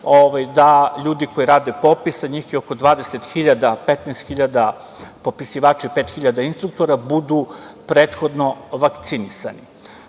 da ljudi koji rade popis, a njih je oko 20.000, 15.000 popisivači, a 5.000 instruktora budu prethodno vakcinisani. To